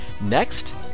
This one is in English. Next